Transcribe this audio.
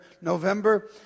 November